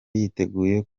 yiteguye